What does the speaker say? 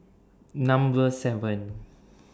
Number seven